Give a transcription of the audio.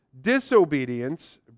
Disobedience